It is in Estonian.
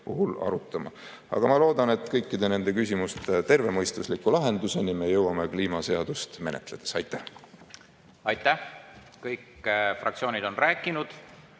puhul arutama. Aga ma loodan, et kõikide nende küsimuste tervemõistusliku lahenduseni me jõuame kliimaseadust menetledes. Aitäh! Aitäh! Kõik fraktsioonid on rääkinud,